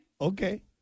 Okay